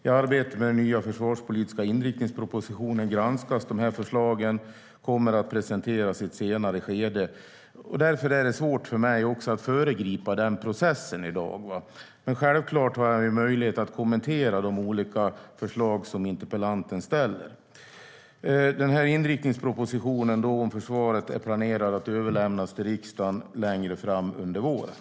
I arbetet med den nya försvarspolitiska inriktningspropositionen granskas dessa förslag och kommer att presenteras i ett senare skede. Därför är det svårt för mig att föregripa den processen i dag. Men självklart har jag möjlighet att kommentera de olika förslag som interpellanten ställer. Inriktningspropositionen för försvaret är planerad att överlämnas till riksdagen längre fram under våren.